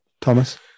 Thomas